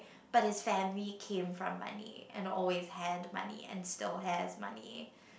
but his family came from money and always had money and still has money